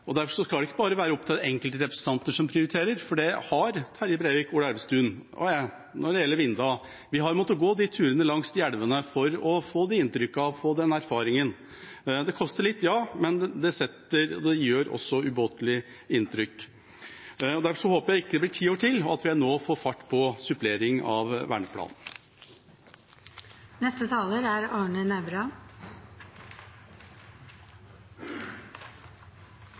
er. Derfor skal det ikke bare være opp til enkeltrepresentanter å prioritere dette. Terje Breivik, Ola Elvestuen og jeg har, når det gjelder elva Vinda, måttet gå de turene langs de elvene for å få de inntrykkene, får den erfaringen. Det koster litt, ja, men det gjør også umåtelig inntrykk. Derfor håper jeg ikke det blir ti år til, og at vi nå får fart på suppleringen av verneplanen. Hvis komiteen skal på en slik reise, er